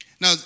Now